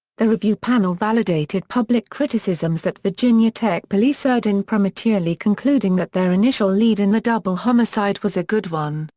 the review panel validated public criticisms that virginia tech police erred in prematurely concluding that their initial lead in the double homicide was a good one,